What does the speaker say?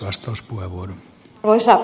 arvoisa puhemies